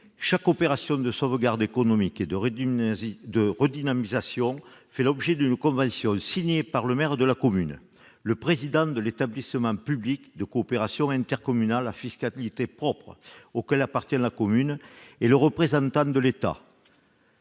Chaque opération de sauvegarde économique et de redynamisation fait l'objet d'une convention signée par le maire de la commune, le président de l'établissement public de coopération intercommunale à fiscalité propre auquel appartient la commune et le représentant de l'État